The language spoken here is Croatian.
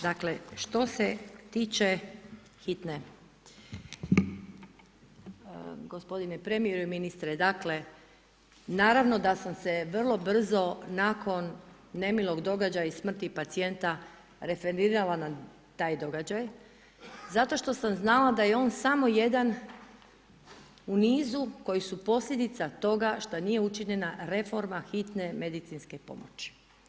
Dakle, što se tiče hitne, gospodine premijeru i ministre, dakle naravno da sam se vrlo brzo nakon nemilog događaja i smrti pacijenta referirala na taj događaj zato što sam znala da je on samo jedan u nizu koji su posljedica toga šta nije učinjena reforma hitne medicinske pomoći.